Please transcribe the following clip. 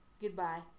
goodbye